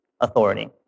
authority